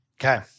Okay